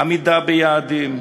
עמידה ביעדים,